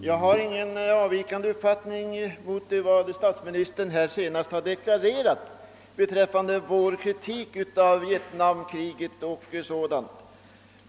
Herr talman! Jag har ingen uppfattning som avviker från vad statsministern senast deklarerade beträffande vår kritik av Vietnamkriget o. d.